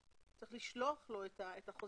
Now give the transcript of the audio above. צריך לשלוח לו את החוזה.